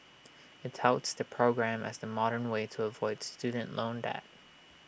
IT touts the program as the modern way to avoid student loan debt